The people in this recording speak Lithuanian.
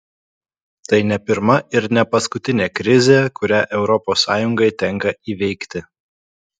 tai ne pirma ir ne paskutinė krizė kurią europos sąjungai tenka įveikti